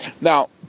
Now